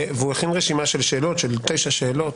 הוא הכין רשימה של תשע שאלות,